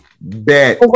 Bet